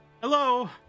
Hello